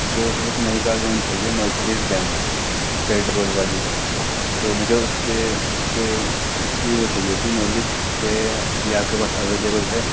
جو ایک نئی کار لانچ ہوئی ہے مرسیڈیز بین پیٹرول والی تو مجھے اس کے اس کے اس کی وہ چاہیے تھی نالج کہ یہ آپ کے پاس اویلیبل ہے